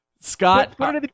Scott